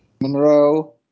Monroe